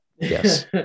yes